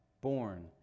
born